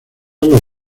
los